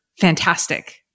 fantastic